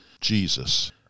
Jesus